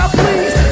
please